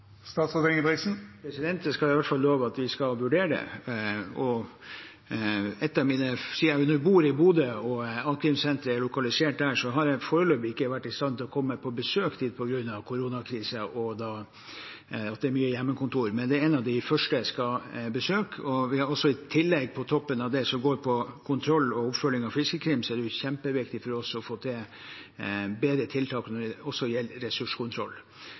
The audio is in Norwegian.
Jeg vil i hvert fall love at vi skal vurdere det. A-krimsenteret i Bodø har jeg foreløpig ikke vært i stand til å komme på besøk til på grunn av koronakrise og hjemmekontor, men det er et av de første jeg skal besøke. I tillegg: På toppen av det som går på kontroll og oppfølging av fiskekriminalitet, er det jo kjempeviktig å få til bedre tiltak også når det gjelder ressurskontroll